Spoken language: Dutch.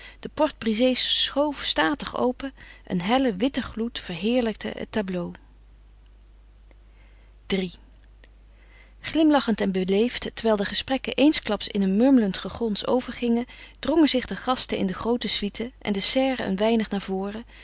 de porte-brisée schoof statig open een helle witte gloed verheerlijkte het tableau iii glimlachend en beleefd terwijl de gesprekken eensklaps in een murmelend gegons overgingen drongen zich de gasten in de groote suite en de serre een weinig naar voren